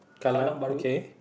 Kallang-Bahru